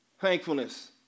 thankfulness